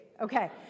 Okay